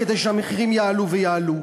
כדי שהמחירים יעלו ויעלו.